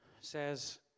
says